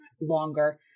longer